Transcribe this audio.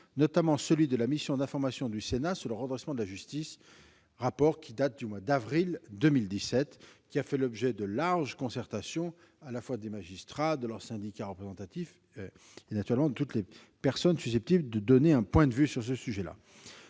notamment celui de la mission d'information du Sénat sur le redressement de la justice, rapport qui date du mois d'avril 2017 et qui a fait l'objet de larges concertations, à la fois auprès des magistrats, de leurs syndicats représentatifs et, naturellement, de toutes les personnes susceptibles de donner un point de vue sur ce sujet.